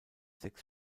sechs